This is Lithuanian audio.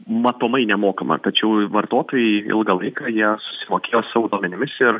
matomai nemokama tačiau vartotojai ilgą laiką jie susimokėjo savo duomenimis ir